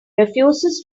refuses